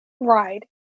ride